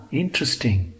interesting